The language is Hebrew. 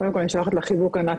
קודם כל אני שולחת לך חיבוק ענק,